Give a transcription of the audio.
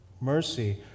Mercy